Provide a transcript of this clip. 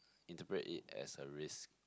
interpret it as a risk